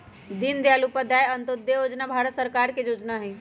दीनदयाल उपाध्याय अंत्योदय जोजना भारत सरकार के जोजना हइ